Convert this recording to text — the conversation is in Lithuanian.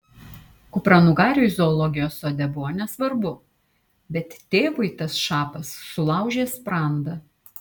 kupranugariui zoologijos sode buvo nesvarbu bet tėvui tas šapas sulaužė sprandą